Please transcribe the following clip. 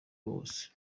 wose